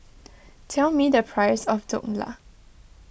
tell me the price of Dhokla